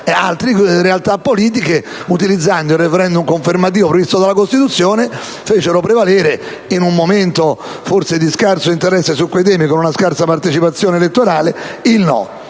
e altre realtà politiche, utilizzando il *referendum* confermativo previsto dalla Costituzione fecero prevalere, in un momento di scarso interesse su quei temi e con una scarsa partecipazione elettorale, il no.